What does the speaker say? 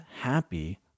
happy